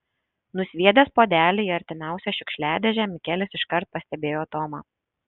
nusviedęs puodelį į artimiausią šiukšliadėžę mikelis iškart pastebėjo tomą